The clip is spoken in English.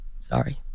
Sorry